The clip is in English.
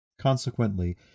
Consequently